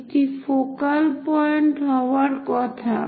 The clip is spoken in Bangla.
এটি ফোকাল পয়েন্ট হওয়ার কথা